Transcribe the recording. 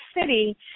City